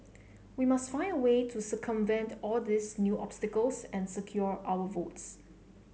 we must find a way to circumvent all these new obstacles and secure our votes